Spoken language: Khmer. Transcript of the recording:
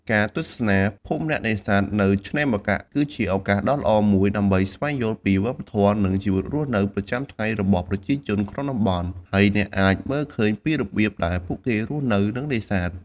ការទស្សនាភូមិអ្នកនេសាទ នៅឆ្នេរម្កាក់ គឺជាឱកាសដ៏ល្អមួយដើម្បីស្វែងយល់ពីវប្បធម៌ និងជីវិតរស់នៅប្រចាំថ្ងៃរបស់ប្រជាជនក្នុងតំបន់ ហើយអ្នកអាចមើលឃើញពីរបៀបដែលពួកគេរស់នៅ និងនេសាទ។